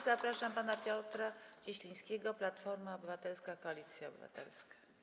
Zapraszam pana Piotra Cieślińskiego, Platforma Obywatelska - Koalicja Obywatelska.